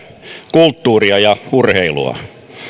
kulttuuria ja urheilua